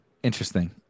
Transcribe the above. Interesting